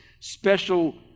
Special